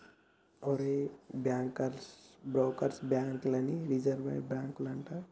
ఒరేయ్ bankers bank లని reserve బాంకులని అంటారు